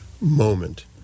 moment